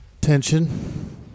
tension